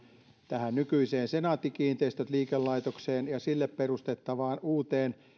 tähän nykyiseen senaatti kiinteistöt liikelaitokseen ja sille perustettavaan uuteen